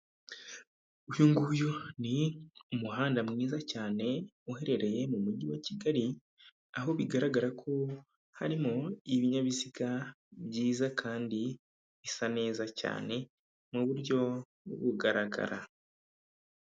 Uyu nguyu ni umuhanda mwiza cyane uherereye mu mujyi wa kigali, aho bigaragara ko harimo ibinyabiziga byiza kandi bisa neza cyane mu buryo bugaragara.